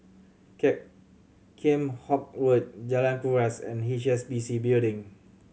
Kheam Hock Road Jalan Kuras and H S B C Building